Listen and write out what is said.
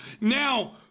now